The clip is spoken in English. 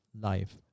life